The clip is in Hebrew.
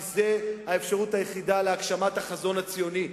כי זו האפשרות היחידה להגשמת החזון הציוני.